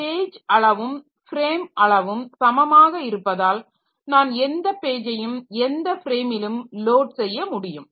page அளவும் frame அளவும் சமமாக இருப்பதால் நான் எந்த பேஜையும் எந்த ஃப்ரேமிலும் லோட் செய்ய முடியும்